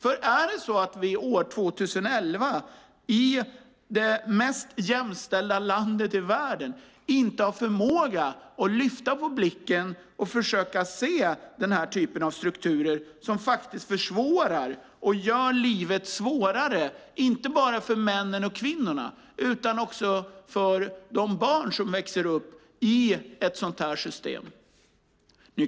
Är det så år 2011 att vi i det mest jämställda landet i världen inte har förmåga att lyfta blicken och försöka se denna typ av strukturer som försvårar, som gör livet svårare inte bara för män och kvinnor utan också för de barn som växer upp i ett sådant här system?